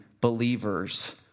believers